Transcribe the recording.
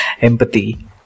empathy